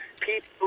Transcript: people